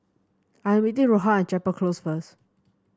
I am meeting Rohan at Chapel Close first